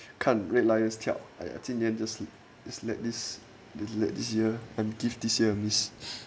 看 red lions 脚哎呀今年 just let just let this just let this year and give this year a miss